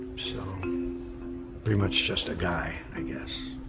so pretty much just a guy, i guess.